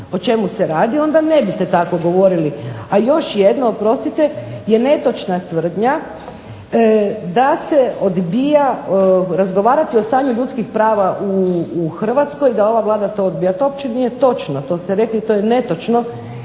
o čemu se radi onda ne biste tako govorili. A još jedno, oprostite, je netočna tvrdnja da se odbija razgovarati o stanju ljudskih prava u Hrvatskoj i da ova Vlada to odbija. To uopće nije točno, to ste rekli i to je netočno.